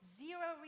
zero